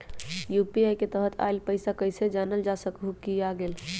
UPI के तहत आइल पैसा कईसे जानल जा सकहु की आ गेल?